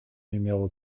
numéro